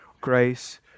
grace